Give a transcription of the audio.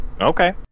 okay